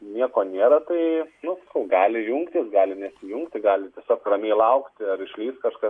nieko nėra tai nu sakau gali jungtis galimanesi jungti gali tiesiog ramiai laukti ar išlys kažkas